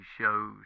shows